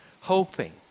hoping